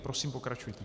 Prosím, pokračujte.